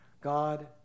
God